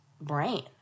brain